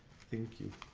thank you.